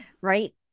right